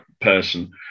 person